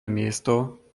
miesto